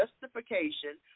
justification